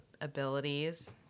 abilities